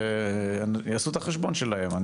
ויעשו את החשבון שלהם.